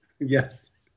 Yes